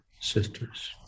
sisters